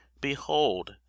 Behold